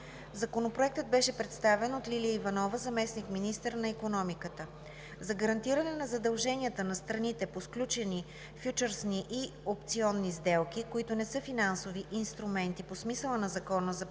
Законопроектът беше представен от Лилия Иванова – заместник-министър на икономиката. За гарантиране на задълженията на страните по сключени фючърсни и опционни сделки, които не са финансови инструменти по смисъла на Закона за пазарите